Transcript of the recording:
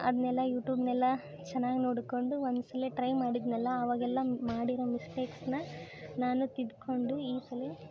ಅದನ್ನೆಲ್ಲ ಯೂಟೂಬ್ನೆಲ್ಲ ಚೆನ್ನಾಗಿ ನೋಡಿಕೊಂಡು ಒಂದು ಸಲ ಟ್ರೈ ಮಾಡಿದ್ದೆನಲ್ಲ ಆವಾಗ ಎಲ್ಲ ಮಾಡಿರೋ ಮಿಸ್ಟೇಕ್ಸನ್ನ ನಾನು ತಿದ್ದುಕೊಂಡು ಈ ಸಲ